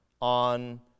on